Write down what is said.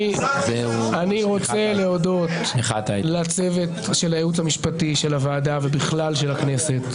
אני רוצה להודות לצוות של הייעוץ המשפטי של הוועדה ובכלל של הכנסת.